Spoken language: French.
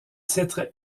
titre